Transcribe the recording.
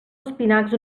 espinacs